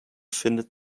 findet